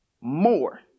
more